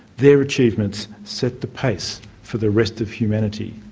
their achievements set the pace for the rest of humanity.